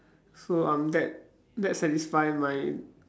so I'm that that satisfy with my